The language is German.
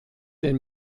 den